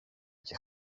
και